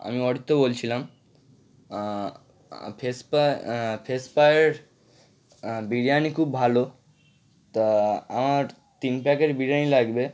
আমি অরিত্র বলছিলাম ফেসপা ফেসপায়ের বিরিয়ানি খুব ভালো তা আমার তিন প্যাকেট বিরিয়ানি লাগবে